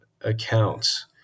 accounts